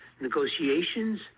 negotiations